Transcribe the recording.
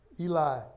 Eli